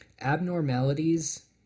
abnormalities